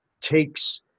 takes